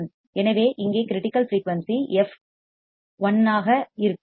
எனவே இங்கே critical frequency f l ஆக இருக்கும்